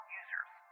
users